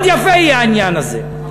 מאוד יפה יהיה העניין הזה.